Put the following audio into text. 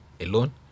alone